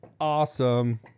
awesome